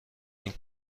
این